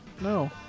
No